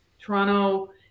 Toronto